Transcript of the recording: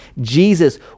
Jesus